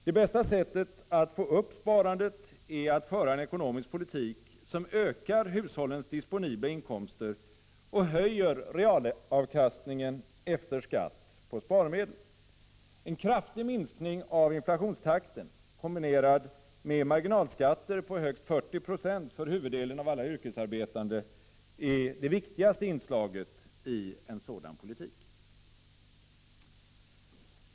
Det bästa sättet att få upp sparandet är att föra en ekonomisk politik som ökar hushållens disponibla inkomster och höjer realavkastningen efter skatt på sparmedel. En kraftig minskning av inflationstakten, kombinerad med marginalskatter på högst 40 96 för huvuddelen av alla yrkesarbetande, är det viktigaste inslaget i en sådan politik.